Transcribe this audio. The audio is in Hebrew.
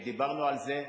ודיברנו על זה.